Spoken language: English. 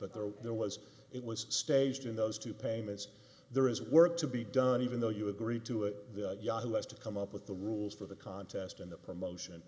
were there was it was staged in those two payments there is work to be done even though you agree to it yahoo has to come up with the rules for the contest and the promotion